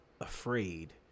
afraid